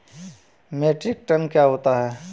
Metric ton क्या होता है?